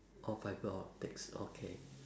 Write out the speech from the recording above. orh fibre optics okay